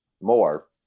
more